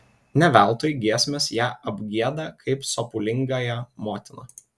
ne veltui giesmės ją apgieda kaip sopulingąją motiną